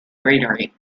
greenery